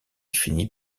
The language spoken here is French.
finit